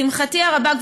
לשמחתי הרבה,